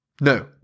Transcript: No